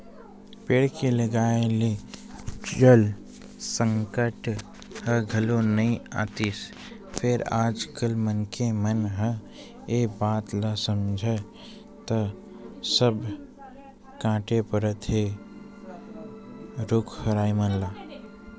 पेड़ के लगाए ले जल संकट ह घलो नइ आतिस फेर आज कल मनखे मन ह ए बात ल समझय त सब कांटे परत हे रुख राई मन ल